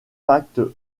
pacte